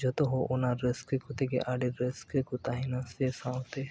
ᱡᱚᱛᱚ ᱦᱚᱲ ᱚᱱᱟ ᱨᱟᱹᱥᱠᱟᱹ ᱠᱚᱛᱮ ᱜᱮ ᱟᱹᱰᱤ ᱨᱟᱹᱥᱠᱟᱹ ᱠᱚ ᱛᱟᱦᱮᱱᱟ ᱥᱮ ᱥᱟᱶᱛᱮ